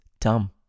dumb